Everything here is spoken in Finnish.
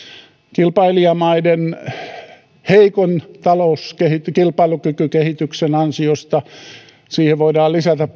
kilpailijamaiden heikon kilpailukykykehityksen ansiosta siihen voidaan lisätä